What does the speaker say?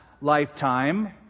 lifetime